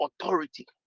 authority